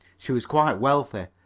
she was quite wealthy,